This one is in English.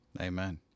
amen